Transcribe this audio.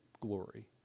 glory